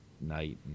night